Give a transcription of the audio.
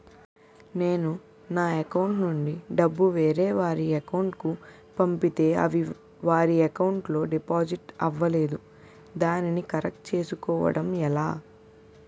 నేను నా అకౌంట్ నుండి డబ్బు వేరే వారి అకౌంట్ కు పంపితే అవి వారి అకౌంట్ లొ డిపాజిట్ అవలేదు దానిని కరెక్ట్ చేసుకోవడం ఎలా?